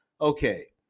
Okay